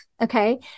okay